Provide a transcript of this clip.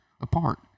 apart